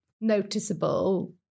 noticeable